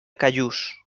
callús